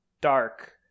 Dark